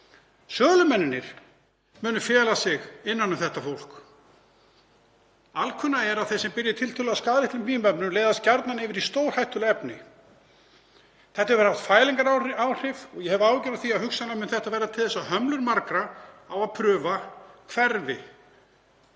Sölumennirnir munu fela sig innan um þetta fólk. Alkunna er að þeir sem byrja í tiltölulega skaðlitlum vímuefnum leiðast gjarnan yfir í stórhættuleg efni. Það hefur haft fælingaráhrif og ég hef áhyggjur af því að hugsanlega muni þessi breyting verða til þess að hömlur margra á að prófa hverfi.